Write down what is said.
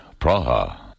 Praha